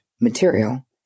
material